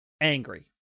Angry